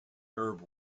herb